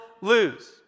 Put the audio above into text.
lose